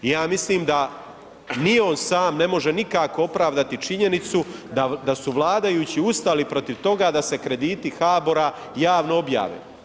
I ja mislim da ni on sam ne može nikako opravdati činjenicu da su vladajući ustali protiv toga da se krediti HABOR-a javno objave.